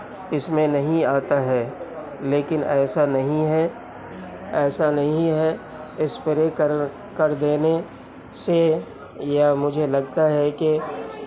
اس میں نہیں آتا ہے لیکن ایسا نہیں ہے ایسا نہیں ہے اسپرے کر کر دینے سے یا مجھے لگتا ہے کہ